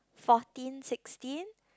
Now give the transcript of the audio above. fourteen sixteen